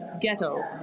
Ghetto